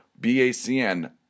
BACN